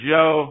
Joe